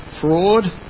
fraud